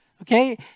okay